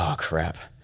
um crap.